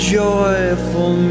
joyful